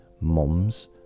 Moms